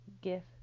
gift